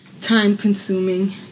time-consuming